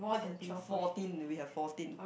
thirteen fourteen that we have fourteen